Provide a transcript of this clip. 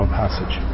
passage